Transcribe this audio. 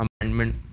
amendment